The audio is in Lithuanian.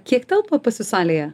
kiek telpa pas jus salėje